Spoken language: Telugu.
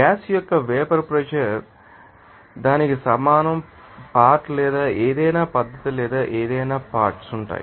గ్యాస్ యొక్క వేపర్ ప్రెషర్ ానికి సమానం పార్ట్ లేదా ఏదైనా పద్ధతి లేదా ఏదైనా పార్ట్శ్ ు